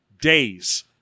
days